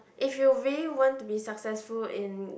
if you really want to be successful in